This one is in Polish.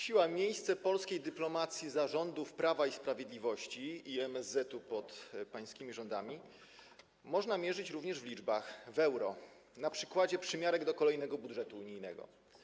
Siłę i miejsce polskiej dyplomacji za rządów Prawa i Sprawiedliwości, i MSZ pod pańskimi rządami, można mierzyć również w liczbach, w euro, na przykładzie przymiarek do kolejnego budżetu unijnego.